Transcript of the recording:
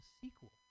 sequel